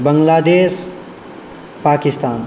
Bangladesh Pakistan